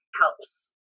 helps